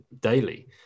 daily